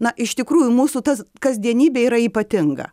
na iš tikrųjų mūsų tas kasdienybė yra ypatinga